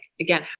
again